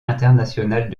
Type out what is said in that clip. international